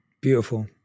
Beautiful